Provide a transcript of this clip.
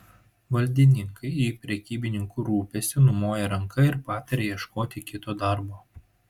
valdininkai į prekybininkų rūpestį numoja ranka ir pataria ieškoti kito darbo